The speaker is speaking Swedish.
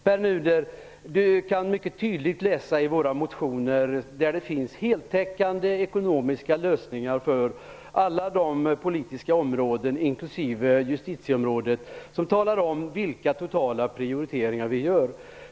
Pär Nuder kan läsa i våra motioner, där det finns mycket tydliga heltäckande ekonomiska lösningar för alla de politiska områdena, inklusive justitieområdet, som talar om vilka totala prioriteringar vi gör.